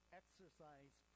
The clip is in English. exercise